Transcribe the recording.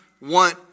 want